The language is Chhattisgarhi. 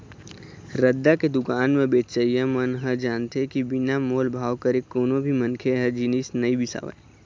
रद्दा के दुकान म बेचइया मन ह जानथे के बिन मोल भाव करे कोनो भी मनखे ह जिनिस नइ बिसावय